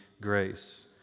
Grace